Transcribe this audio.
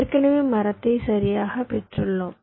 ஏற்கனவே மரத்தை சரியாகப் பெற்றுள்ளோம்